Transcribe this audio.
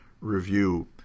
review